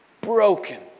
broken